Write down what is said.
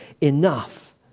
enough